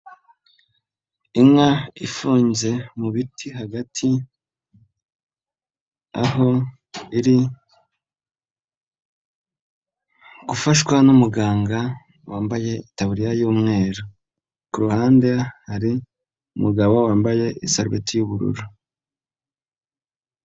Inka ifunze mubi biti hagati aho iri gufashwa n'umuganga wambaye itaburiya y'umweru, ku ruhande hari umugabo wambaye isarubeti y'ubururu.